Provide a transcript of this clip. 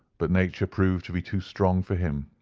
but nature proved to be too strong for him.